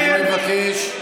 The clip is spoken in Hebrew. אני מבקש.